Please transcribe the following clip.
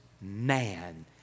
man